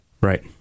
Right